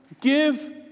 give